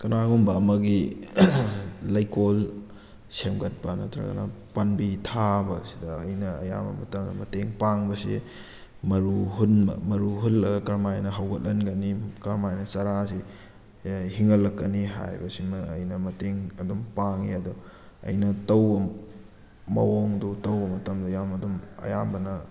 ꯀꯅꯥꯒꯨꯝꯕ ꯑꯃꯒꯤ ꯂꯩꯀꯣꯜ ꯁꯦꯝꯒꯠꯄ ꯅꯠꯇ꯭ꯔꯒꯅ ꯄꯥꯝꯕꯤ ꯊꯥꯕꯁꯤꯗ ꯑꯩꯅ ꯑꯌꯥꯝꯕ ꯃꯇꯝꯗ ꯃꯇꯦꯡ ꯄꯥꯡꯕꯁꯤ ꯃꯔꯨ ꯍꯨꯟꯕ ꯃꯔꯨ ꯍꯨꯜꯂꯒ ꯀꯔꯃꯥꯏꯅ ꯍꯧꯒꯠꯍꯟꯒꯅꯤ ꯀꯔꯝꯃꯥꯏꯅ ꯆꯥꯔꯁꯦ ꯑꯦ ꯍꯤꯡꯍꯜꯂꯛꯀꯅꯤ ꯍꯥꯏꯕꯁꯤꯃ ꯑꯩꯅ ꯃꯇꯦꯡ ꯑꯗꯨꯝ ꯄꯥꯡꯉꯦ ꯑꯗꯣ ꯑꯩꯅ ꯇꯧꯕ ꯃꯑꯣꯡꯗꯣ ꯇꯧꯕ ꯃꯇꯝꯗ ꯌꯥꯝꯅ ꯑꯗꯨꯝ ꯑꯌꯥꯝꯕꯅ